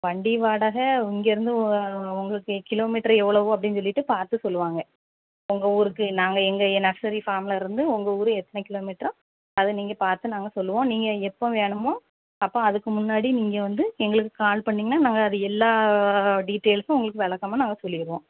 வண்டி வாடகை இங்கேருந்து உங்களுக்கு கிலோமீட்டரு எவ்ளோவோ அப்படின் சொல்லிவிட்டு பார்த்து சொல்லுவாங்க உங்கள் ஊருக்கு நாங்கள் எங்கள் நர்சரி ஃபாம்லேருந்து உங்கள் ஊர் எத்தனை கிலோமீட்ரோ அதை நீங்கள் பார்த்து நாங்கள் சொல்லுவோம் நீங்கள் எப்போ வேணுமோ அப்போ அதுக்கு முன்னாடி நீங்கள் வந்து எங்களுக்கு கால் பண்ணிங்கன்னா நாங்கள் அது எல்லா டீடைல்ஸ்ஸும் உங்களுக்கு விளக்கமா நாங்கள் சொல்லிருவோம்